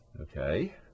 Okay